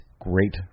Great